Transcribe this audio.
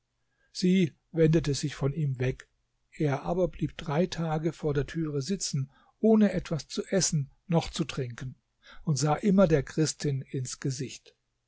sie wendete sich von ihm weg er aber blieb drei tage vor der türe sitzen ohne etwas zu essen noch zu trinken und sah immer der christin ins gesicht